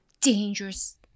dangerous